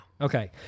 Okay